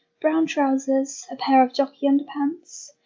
brown trousers, a pair of jockey underpants,